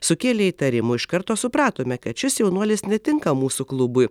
sukėlė įtarimų iš karto supratome kad šis jaunuolis netinka mūsų klubui